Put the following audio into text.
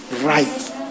right